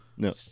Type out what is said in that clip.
No